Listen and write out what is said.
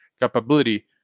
capability